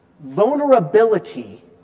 vulnerability